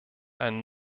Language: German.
ein